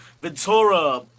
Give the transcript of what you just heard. Ventura